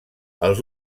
els